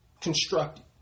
constructed